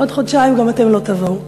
עוד חודשיים גם אתם לא תבואו,